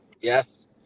yes